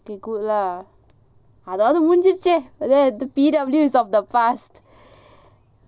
they good lah அதாவதுமுடிஞ்சிடுச்சே:adhavathu mudinjiduche P_W is of the past